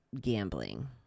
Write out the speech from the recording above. gambling